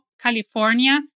California